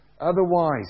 Otherwise